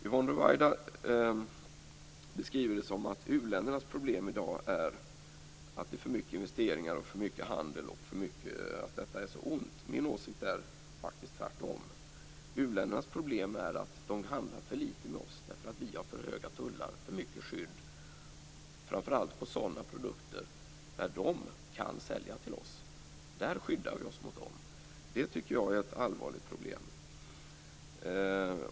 Yvonne Ruwaida beskriver det som att uländernas problem i dag är för mycket investeringar och för mycket handel och att detta är ont. Min åsikt är faktiskt tvärtom. U-ländernas problem är att de handlar för litet med oss därför att vi har för höga tullar och för mycket skydd, framför allt på sådana produkter där de kan sälja till oss. Där skyddar vi oss mot dem. Det tycker jag är ett allvarligt problem.